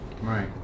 Right